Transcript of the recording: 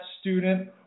student